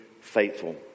faithful